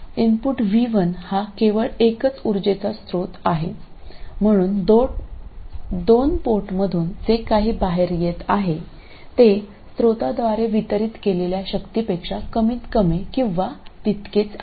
input v1 हा केवळ एकच ऊर्जेचा स्त्रोत आहे म्हणून दोन पोर्टमधून जे काही बाहेर येत आहे ते स्त्रोताद्वारे वितरित केलेल्या शक्तीपेक्षा कमीतकमी किंवा तितकेच आहे